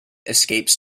escapes